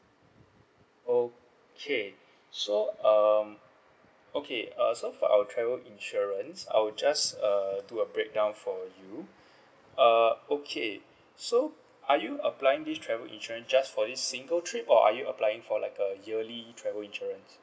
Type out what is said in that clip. okay so um okay uh so for our travel insurance I'll just uh do a breakdown for you uh okay so are you applying this travel insurance just for this single trip or are you applying for like a yearly travel insurance